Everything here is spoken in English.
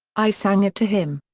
i sang it to him.